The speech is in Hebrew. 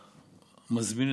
אשם שהמזמין